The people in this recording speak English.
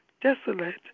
desolate